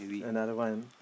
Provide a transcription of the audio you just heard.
another one